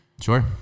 Sure